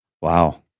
Wow